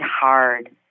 hard